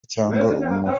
cyangwa